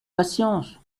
patience